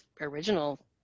original